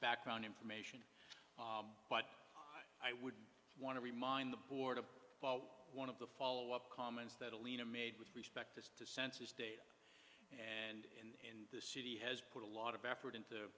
background information but i would want to remind the board of one of the follow up comments that alina made with respect to census data and in the city has put a lot of effort into